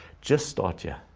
just start here.